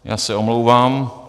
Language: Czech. Já se omlouvám.